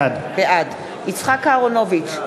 בעד יצחק אהרונוביץ,